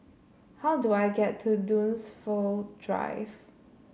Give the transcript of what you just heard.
how do I get to Dunsfold Drive